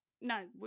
no